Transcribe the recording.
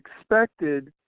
expected